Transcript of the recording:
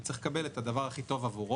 הוא צריך את הדבר הכי טוב עבורו,